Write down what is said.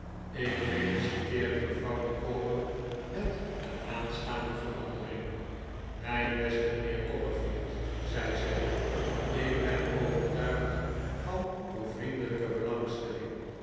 ik feliciteerde mevrouw micawber met de aanstaande verandering mijn beste mijnheer copperfield zei zij ik ben overtuigd van uw vriendelijke belangstelling